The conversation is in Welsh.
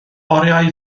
oriau